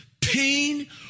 pain